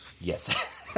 Yes